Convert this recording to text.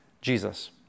Jesus